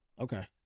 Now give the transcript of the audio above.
Okay